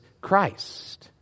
Christ